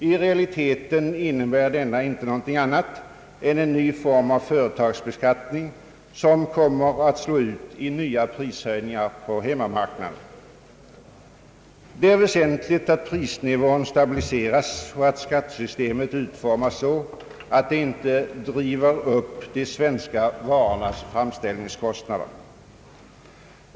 I realiteten innebär denna inte någonting annat än en ny form av företagsbeskattning som kommer att slå ut i nya prishöjningar på hemmamarknaden. Det väsentliga är att prisnivån stabiliseras och att skatiesystemet utformas så att det inte dri ver upp de svenska varornas framställningskostnader.